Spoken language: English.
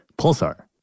pulsar